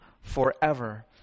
forever